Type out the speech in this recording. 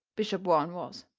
bishop warren was,